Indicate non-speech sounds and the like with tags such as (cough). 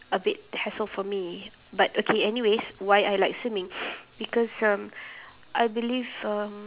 a bit hassle for me but okay anyways why I like swimming (breath) because um I believe um